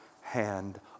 hand